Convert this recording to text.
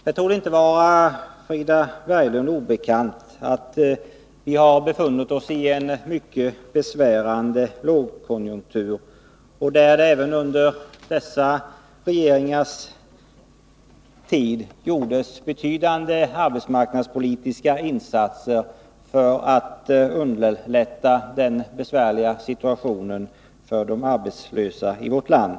Det torde inte vara Frida Berglund obekant att vi har befunnit oss i en mycket besvärande lågkonjunktur, där det under dessa regeringars tid gjordes betydande arbetsmarknadspolitiska insatser för att underlätta den besvärliga situationen för de arbetslösa i vårt land.